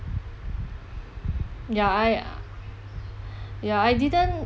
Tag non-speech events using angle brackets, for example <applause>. ya I <noise> ya I didn't